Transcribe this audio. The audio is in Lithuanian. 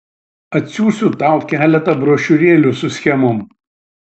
atsiųsiu tau keletą brošiūrėlių su schemom